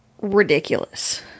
ridiculous